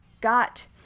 got